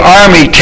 army